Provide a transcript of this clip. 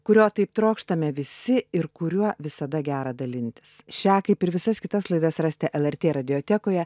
kurio taip trokštame visi ir kuriuo visada gera dalintis šią kaip ir visas kitas laidas rasite lrt radiotekoje